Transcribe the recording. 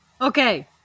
Okay